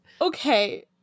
Okay